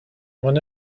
one